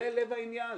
זה לב העניין.